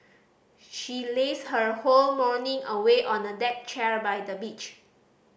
she lazed her whole morning away on a deck chair by the beach